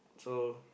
so